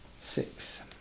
six